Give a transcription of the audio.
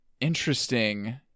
interesting